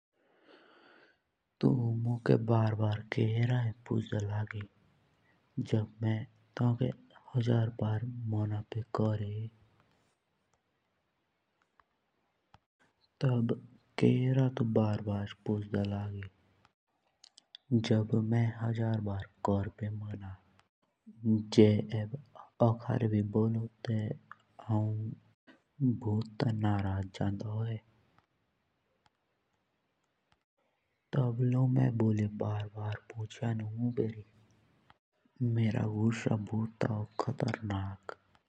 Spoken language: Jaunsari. तो मुझे बार बार के रोहे पुछड़ा लग्ये जांब मैंने हजार बार मोना पे कर्ये तब क्यों रे तू बार बार पुछड़ा लगी जब मैंने होजार बार करपी मना। जे एब अखारे भी बोलो तोबे हौंभूता नाराज जंदा होये तब लियो में बोली बार बार पुछियानू म्यू बेरी।